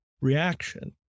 reaction